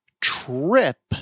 trip